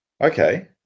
Okay